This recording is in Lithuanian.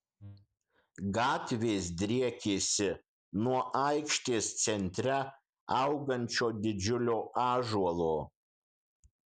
gatvės driekėsi nuo aikštės centre augančio didžiulio ąžuolo